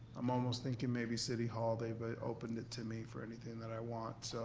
i'm almost thinking maybe city hall, they but open it to me for anything that i want, so